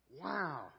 Wow